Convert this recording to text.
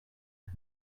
and